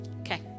Okay